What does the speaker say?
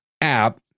app